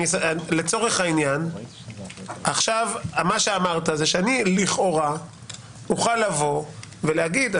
לצורך העניין מה שאמרת זה שאני לכאורה אוכל לבוא ולהגיד,